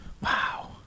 Wow